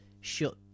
shut